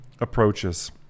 approaches